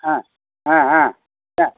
ஆ ஆ ஆ ஆ